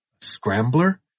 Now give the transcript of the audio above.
Scrambler